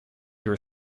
your